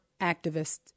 activists